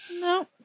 no